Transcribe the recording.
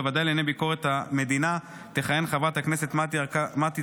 בוועדה לענייני ביקורת המדינה תכהן חברת הכנסת מטי